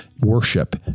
worship